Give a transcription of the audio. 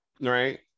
right